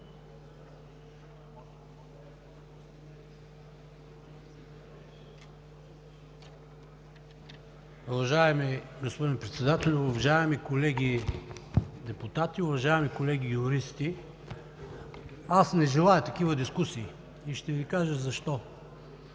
Уважаеми господин Председателю, уважаеми колеги депутати, уважаеми колеги юристи! Аз не желая такива дискусии! Ще Ви кажа защо.